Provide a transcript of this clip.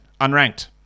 Unranked